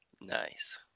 Nice